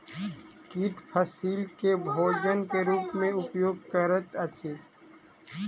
कीट फसील के भोजन के रूप में उपयोग करैत अछि